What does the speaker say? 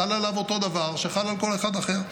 חל עליו אותו דבר שחל על כל אחד אחר.